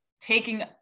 taking